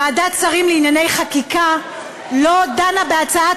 ועדת שרים לענייני חקיקה לא דנה בהצעת